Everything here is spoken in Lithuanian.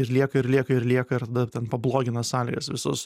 ir lieka ir lieka ir lieka ir dar ten pablogina sąlygas visus